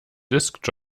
disk